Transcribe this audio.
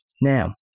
Now